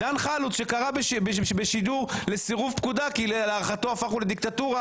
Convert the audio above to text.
דן חלוץ שקרא בשידור לסירוב פקודה כי להערכתו הפכנו לדיקטטורה,